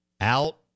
out